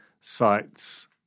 sites